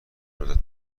ندرت